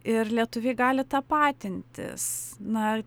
ir lietuviai gali tapatintis na